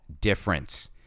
difference